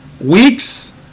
weeks